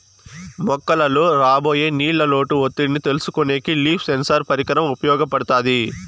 మొక్కలలో రాబోయే నీళ్ళ లోటు ఒత్తిడిని తెలుసుకొనేకి లీఫ్ సెన్సార్ పరికరం ఉపయోగపడుతాది